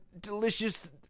delicious